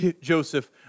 Joseph